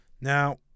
Now